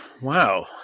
Wow